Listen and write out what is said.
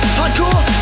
hardcore